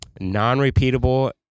Non-repeatable